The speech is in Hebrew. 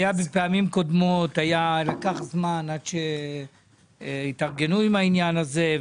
בפעמים קודמות לקח זמן עד שהתארגנו עם העניין הזה.